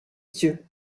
dieux